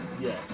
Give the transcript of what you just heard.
Yes